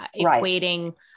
equating